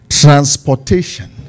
Transportation